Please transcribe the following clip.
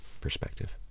perspective